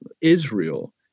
Israel